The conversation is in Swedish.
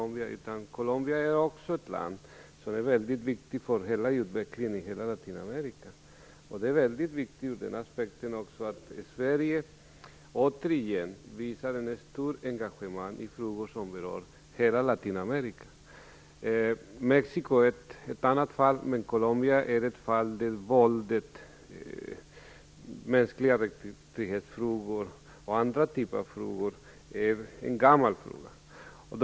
Men Colombia är också ett land som har stor betydelse för utvecklingen i hela Latinamerika. Ur den aspekten är det också mycket viktigt att Sverige återigen visar ett stort engagemang i frågor som berör hela Latinamerika. Mexico är ett annat fall, men Colombia är ett land där våld, mänskliga rättighetsfrågor och andra typer av frågor är gamla problem.